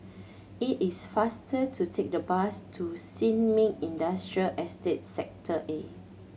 it is faster to take the bus to Sin Ming Industrial Estate Sector A